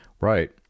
right